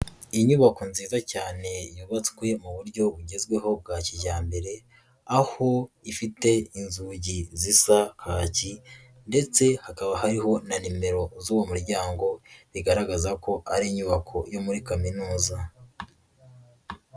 Inyubako nziza cyane yubatswe mu buryo bugezweho bwa kijyambere, aho ifite inzugi zisa kaki ndetse hakaba hariho na nimero z'uwo muryango, bigaragaza ko ari inyubako yo muri kaminuza.